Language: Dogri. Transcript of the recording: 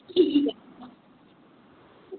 ठीक ऐ